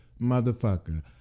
motherfucker